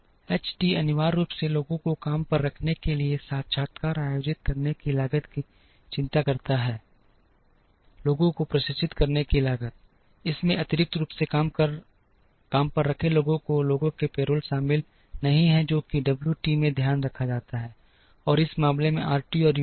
H T अनिवार्य रूप से लोगों को काम पर रखने के लिए साक्षात्कार आयोजित करने की लागत की चिंता करता है लोगों को प्रशिक्षित करने की लागत इसमें अतिरिक्त रूप से काम पर रखे गए लोगों के पेरोल शामिल नहीं है जो कि डब्ल्यू टी में ध्यान रखा जाता है और इस मामले में आरटी और यू टी में